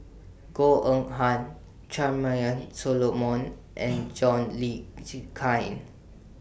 Goh Eng Han Charmaine Solomon and John Le Cain Can